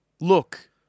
Look